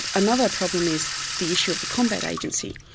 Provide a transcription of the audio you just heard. another problem is the issue of the combat agency.